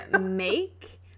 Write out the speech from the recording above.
make